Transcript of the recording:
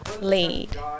lead